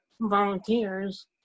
volunteers